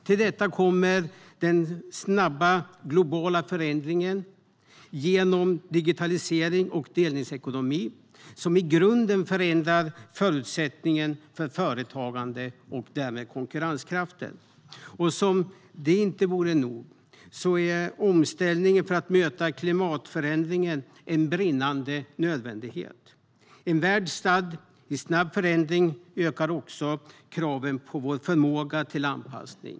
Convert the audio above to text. Till detta kommer den snabba globala förändringen genom digitalisering och delningsekonomi, som i grunden förändrar förutsättningen för företagande och därmed konkurrenskraften. Som om det inte vore nog är omställningen för att möta klimatförändringen en brinnande nödvändighet. En värld stadd i snabb förändring ökar också kraven på vår förmåga till anpassning.